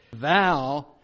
vow